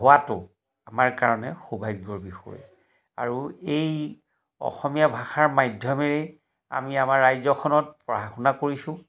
হোৱাটো আমাৰ কাৰণে সৌভাগ্যৰ বিষয় আৰু এই অসমীয়া ভাষাৰ মাধ্যমেৰে আমি আমাৰ ৰাজ্যখনত পঢ়া শুনা কৰিছোঁ